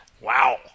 Wow